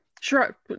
Sure